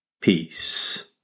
Peace